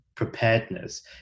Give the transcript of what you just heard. preparedness